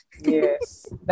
Yes